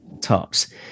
tops